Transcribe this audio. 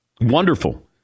wonderful